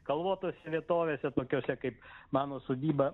kalvotose vietovėse tokiose kaip mano sodyba